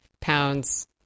Pound's